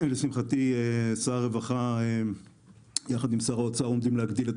לשמחתי שר הרווחה יחד עם שר האוצר עומדים להגדיל את